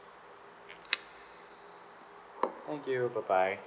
thank you bye bye